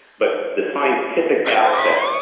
but the scientific aspects,